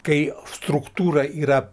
kai struktūra yra